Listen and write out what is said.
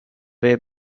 way